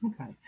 Okay